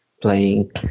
playing